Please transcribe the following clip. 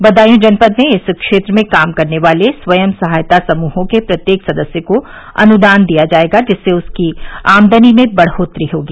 बदायूं जनपद में इस क्षेत्र में काम करने वाले स्वयं सहायता समूहों के प्रत्येक सदस्य को अनुदान दिया जायेगा जिससे उनकी आमदनी में बढ़ोत्तरी होगी